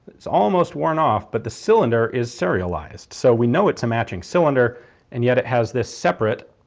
it's almost worn off but the cylinder is serialised, so we know it's a matching cylinder and yet it has this separate